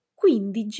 quindi